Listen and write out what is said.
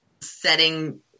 setting